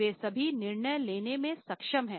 वे सभी निर्णय लेने में सक्षम हैं